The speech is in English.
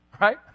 right